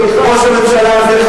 ראש הממשלה הזה,